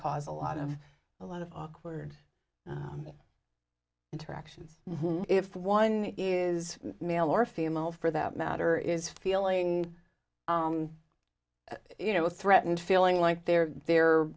cause a lot of a lot of awkward interactions if one is male or female for that matter is feeling you know threatened feeling like they're the